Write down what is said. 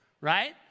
right